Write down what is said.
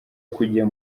kujya